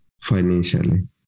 Financially